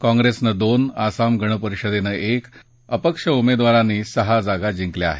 काँग्रेसनं दोन आसाम गण परिषदेनं एक तर अपेक्ष उमेदवारांनी सहा जागा जिंकल्या आहेत